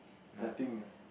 nothing ah